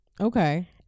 Okay